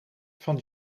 van